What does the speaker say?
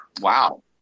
Wow